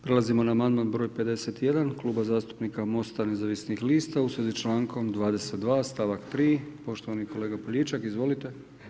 Prelazimo na amandman broj 51 Kluba zastupnika Mosta nezavisnih lista u svezi s člankom 22. stavak 3. Poštovani kolega Poljičak, izvolite.